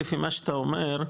לפי מה שאתה אומר,